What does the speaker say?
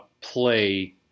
play